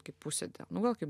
kaip pusė del nu gal kaip